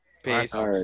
Peace